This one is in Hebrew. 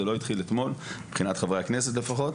זה לא התחיל אתמול מבחינת חברי הכנסת לפחות.